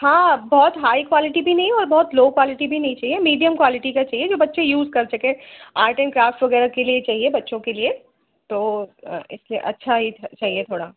हाँ बहुत high quality भी नहीं और बहुत लो क्वालिटी भी नहीं चाहिए मीडियम क्वालिटी का चाहिए जो बच्चे यूज कर सके आर्ट एंड क्राफ्ट वगैरह के लिए चाहिए बच्चों के लिए तो इसलिए अच्छा ही थ चाहिए थोड़ा